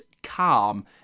calm